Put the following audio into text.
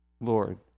Lord